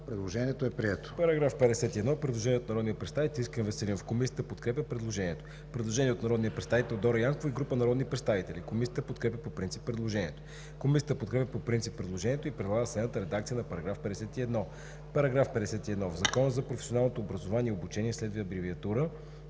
Предложението е прието.